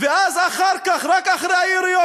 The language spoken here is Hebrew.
ואז אחר כך, רק אחרי היריות